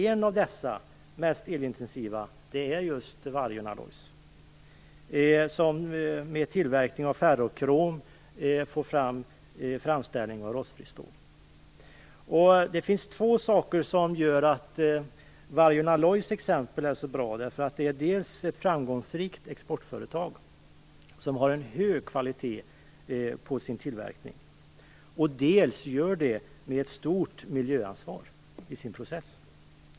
Ett av dessa mest elintensiva företagen är just Vargön Alloys, som med tillverkning av ferrokrom får fram framställning av rostfritt stål. Det finns två saker som gör att Vargön Alloys är ett bra exempel. Det är dels ett framgångsrikt exportföretag som har en hög kvalitet i sin tillverkning, dels tar det ett stort miljöansvar i sin process.